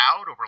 over